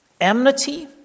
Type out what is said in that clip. enmity